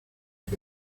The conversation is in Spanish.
que